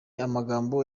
amagambo